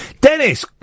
Dennis